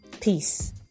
Peace